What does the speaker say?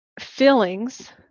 feelings